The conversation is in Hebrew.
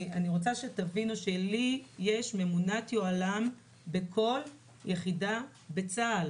אני רוצה שתבינו שלי יש ממונת יוהל"ם בכל יחידה בצה"ל.